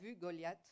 Goliath